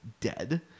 dead